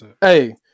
Hey